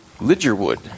Lidgerwood